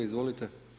Izvolite.